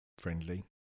Friendly